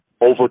over